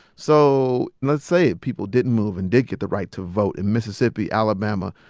so let's say people didn't move and did get the right to vote in mississippi, alabama,